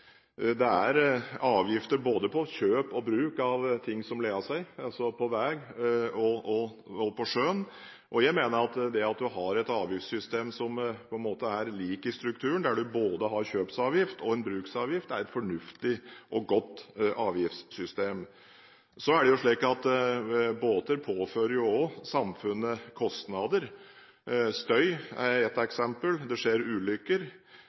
det er avgifter både på kjøp og bruk av ting som beveger seg, altså på vei og på sjøen, og det at man har et avgiftssystem som på en måte har lik struktur, der man både har en kjøpsavgift og en bruksavgift, mener jeg er et fornuftig og godt avgiftssystem. Så er det jo slik at båter påfører også samfunnet kostnader. Støy er ett eksempel. Det skjer ulykker,